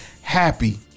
happy